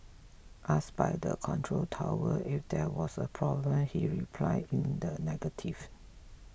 asked by the control tower if there was a problem he replied in the negative